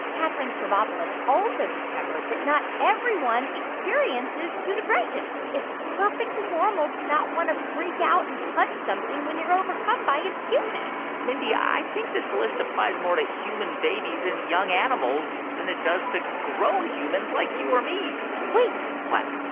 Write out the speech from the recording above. katherine stavropoulos also discovered that not everyone experiences cute aggression. it's perfectly normal to not want to freak out and punch something when you're overcome by its cuteness mindy, i think this list applies more to human babies and young animals than it does to grown humans like you or me wait what?